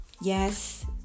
yes